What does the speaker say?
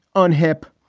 unhip,